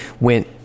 went